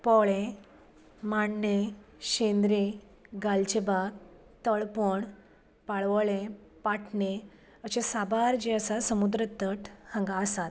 पोळें माण्णे शेंद्रे गालजीबाग तळपण पाळोळें पाटणे अशें साबार जे आसा समुद्र तट हांगा आसात